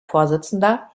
vorsitzender